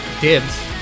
Dibs